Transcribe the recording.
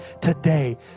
today